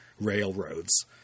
railroads